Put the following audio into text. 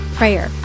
prayer